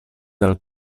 dal